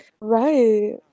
Right